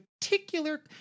particular